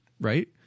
right